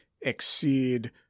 exceed